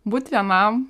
būt vienam